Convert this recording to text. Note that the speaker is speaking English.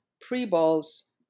pre-balls